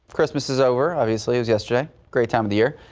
christmas is over obviously as yesterday great time of year.